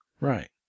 Right